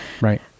Right